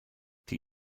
die